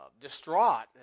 distraught